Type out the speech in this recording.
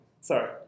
Sorry